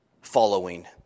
following